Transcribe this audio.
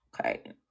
Okay